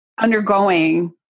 undergoing